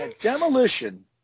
Demolition